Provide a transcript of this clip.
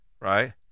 right